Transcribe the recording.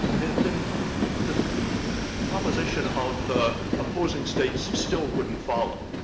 then then the proposition of the opposing states still wouldn't follow.